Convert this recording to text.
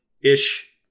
ish